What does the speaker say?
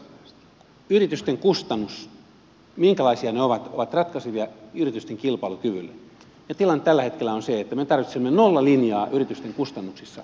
yritysten kustannukset minkälaisia ne ovat ovat ratkaisevia yritysten kilpailukyvylle ja tilanne tällä hetkellä on se että me tarvitsemme nollalinjaa yritysten kustannuksissa